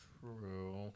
true